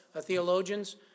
theologians